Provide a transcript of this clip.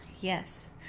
yes